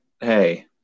hey